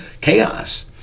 chaos